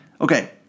Okay